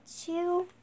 two